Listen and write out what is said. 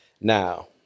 Now